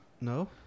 No